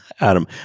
Adam